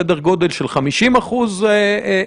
סדר גודל של 50% אותרו,